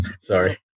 Sorry